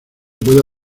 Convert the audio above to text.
pueda